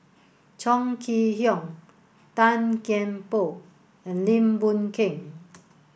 Chong Kee Hiong Tan Kian Por and Lim Boon Keng